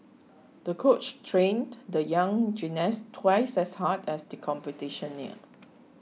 the coach trained the young gymnast twice as hard as the competition neared